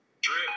Drip